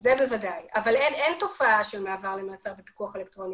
אין תופעה של מעבר לפיקוח אלקטרוני